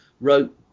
wrote